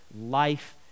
life